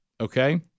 Okay